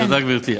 תודה, גברתי.